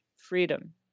freedom